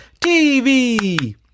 TV